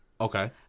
Okay